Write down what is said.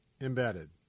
embedded